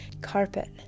carpet